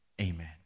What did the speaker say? amen